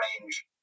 range